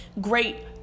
great